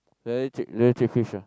very cheap very cheap fish ah